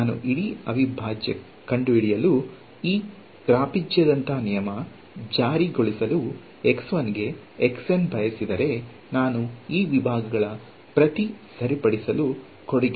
ನಾನು ಇಡೀ ಅವಿಭಾಜ್ಯ ಕಂಡುಹಿಡಿಯಲು ಈ ತ್ರಾಪಿಜ್ಯದಂಥ ನಿಯಮ ಜಾರಿಗೊಳಿಸಲು ಗೆ ಬಯಸಿದರೆ ನಾನು ಈ ವಿಭಾಗಗಳ ಪ್ರತಿ ಸರಿಪಡಿಸಲು ಕೊಡುಗೆ ಸೇರಿಸಬೇಕಾಗಿಲ್ಲ